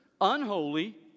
unholy